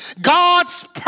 God's